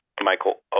Michael